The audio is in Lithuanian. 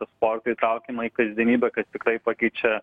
to sporto įtraukiama į kasdienybę kas tiktai pakeičia